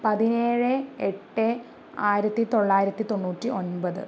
പതിനേഴ് എട്ട് ആയിരത്തി തൊള്ളായിരത്തി തൊണ്ണൂറ്റി ഒൻപത്